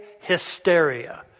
hysteria